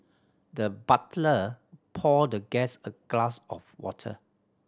the butler poured the guest a glass of water